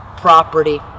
property